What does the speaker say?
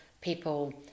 people